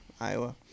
Iowa